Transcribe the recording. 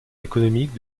économiques